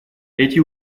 эти